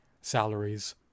salaries